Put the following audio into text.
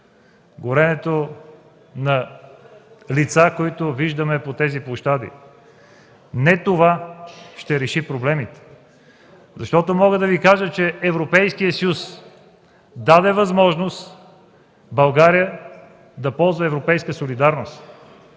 горенето на лица, които виждаме по тези площади. Не това ще реши проблемите. Европейският съюз даде възможност България да ползва европейска солидарност,